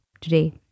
today